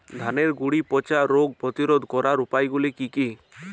ধানের গুড়ি পচা রোগ প্রতিরোধ করার উপায়গুলি কি কি?